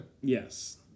Yes